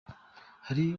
hari